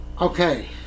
Okay